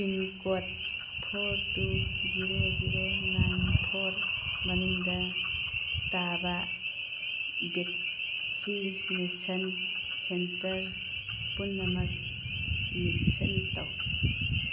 pin code four two zero zero nine four ꯃꯅꯨꯡꯗ ꯇꯥꯕ vaccination centre ꯄꯨꯝꯅꯃꯛ ꯂꯤꯁ ꯇꯧ